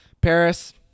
Paris